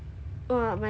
you're weak